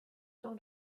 not